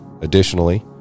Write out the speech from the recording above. additionally